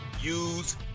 use